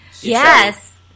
Yes